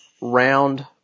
round